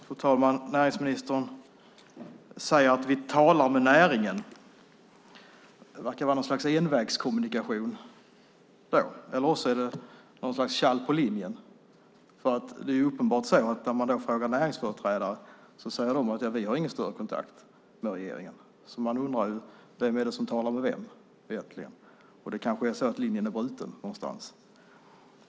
Fru talman! Näringsministern säger: Vi talar med näringen. Det verkar vara något slags envägskommunikation eller också är det tjall på linjen. Det är uppenbart, för när man frågar näringsföreträdare säger de: Vi har ingen större kontakt med regeringen. Jag undrar vem som egentligen talar med vem. Kanske är det så att linjen är bruten någonstans.